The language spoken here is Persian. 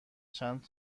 چند